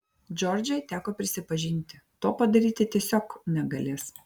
džordžai teko prisipažinti to padaryti tiesiog negalės